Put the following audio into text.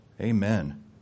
Amen